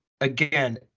again